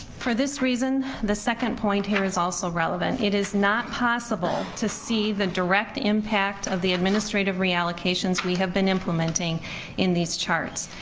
for this reason, the second point here is also relevant. it is not possible to see the direct impact of the administrative reallocations we have been implementing in these charts.